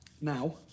Now